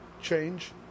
change